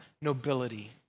nobility